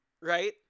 right